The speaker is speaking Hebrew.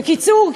בקיצור,